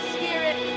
Spirit